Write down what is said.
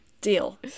deal